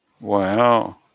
Wow